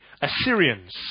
Assyrians